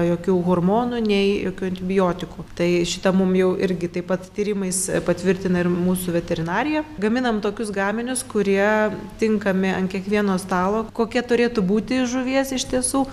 jokių hormonų nei jokių antibiotikų tai šitą mum jau irgi taip pat tyrimais patvirtina ir mūsų veterinarija gaminam tokius gaminius kurie tinkami ant kiekvieno stalo kokia turėtų būti žuvies iš tiesų